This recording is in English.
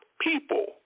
people